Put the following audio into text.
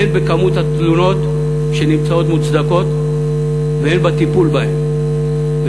הן בכמות התלונות שנמצאות מוצדקות והן בטיפול בהן.